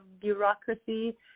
bureaucracy